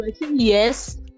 yes